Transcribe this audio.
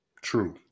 True